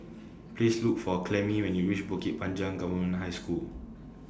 Please Look For Clemie when YOU REACH Bukit Panjang Government High School